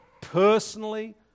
personally